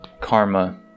Karma